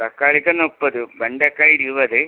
തക്കാളിക്ക് മുപ്പത് വെണ്ടക്ക ഇരുപത്